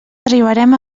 arribarem